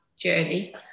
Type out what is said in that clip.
journey